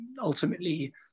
ultimately